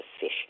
fish